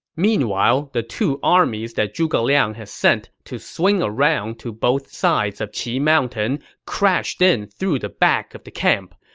meanwhile, the two armies that zhuge liang had sent to swing around to both sides of qi mountain crashed in through the back of the camp.